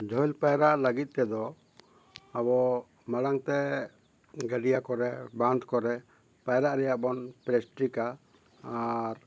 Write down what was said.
ᱡᱷᱟᱹᱞ ᱯᱟᱭᱨᱟᱜ ᱞᱟᱹᱜᱤᱫ ᱛᱮᱫᱚ ᱟᱵᱚ ᱢᱟᱲᱟᱝ ᱛᱮ ᱜᱟᱹᱰᱭᱟᱹ ᱠᱚᱨᱮ ᱵᱟᱸᱫᱷ ᱠᱚᱨᱮ ᱯᱟᱭᱨᱟᱜ ᱨᱮᱱᱟᱜ ᱵᱚᱱ ᱯᱨᱮᱠᱴᱤᱥᱟ ᱟᱨ